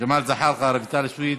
ג'מאל זחאלקה, רויטל סויד,